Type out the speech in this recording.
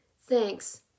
Thanks